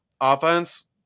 offense